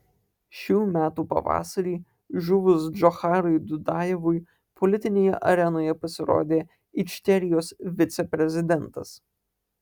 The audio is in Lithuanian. šių metų pavasarį žuvus džocharui dudajevui politinėje arenoje pasirodė ičkerijos viceprezidentas